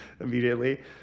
immediately